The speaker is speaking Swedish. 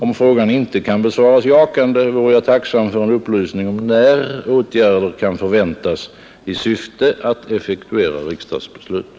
Om frågan inte kan besvaras jakande vore jag tacksam för en upplysning om när åtgärder kan förväntas i syfte att effektuera riksdagsbeslutet.